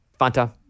Fanta